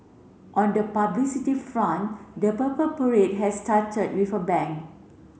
on the publicity front the Purple Parade has started with a bang